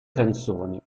canzoni